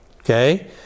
okay